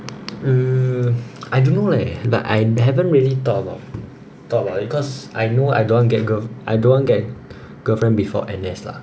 um I don't know leh but I haven't really thought about thought about it cause I know I don't want get girl I don't want get girlfriend before N_S lah